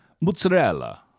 Mozzarella